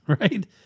right